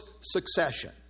succession